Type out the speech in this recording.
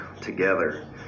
together